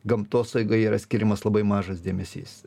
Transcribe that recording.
gamtosaugai yra skiriamas labai mažas dėmesys